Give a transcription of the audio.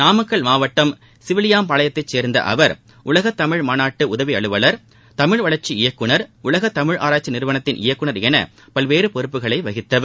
நாமக்கல் மாவட்டம் சிவிலியாம்பாளையத்தைச் சேர்ந்த அவர் உலகத்தமிழ் மாநாட்டு உதவி அலுவலர் தமிழ் வளர்ச்சி இயக்குநர் உலகத் தமிழ் ஆராய்ச்சி நிறுவனத்தின் இயக்குநர் என பல்வேறு பொறுப்புகளை வகித்தவர்